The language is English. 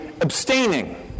abstaining